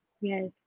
Yes